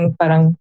parang